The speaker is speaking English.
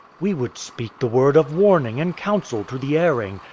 we would speak the word of warning and counsel to the erring,